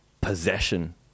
possession